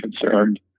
concerned